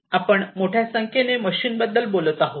आपण मोठ्या संख्येने मशीन्सबद्दल बोलत आहोत